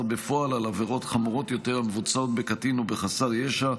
בפועל על עבירות חמורות יותר המבוצעות בקטין או בחסר ישע,